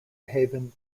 haven